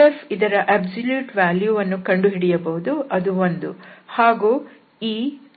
ನಾವು f ಇದರ ಸಂಪೂರ್ಣ ಮೌಲ್ಯ ವನ್ನು ಕಂಡುಹಿಡಿಯಬಹುದು ಅದು 1 ಹಾಗೂ ಈ ∇f